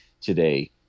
today